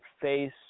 face